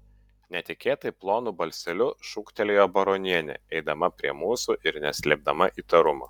netikėtai plonu balseliu šūktelėjo baronienė eidama prie mūsų ir neslėpdama įtarumo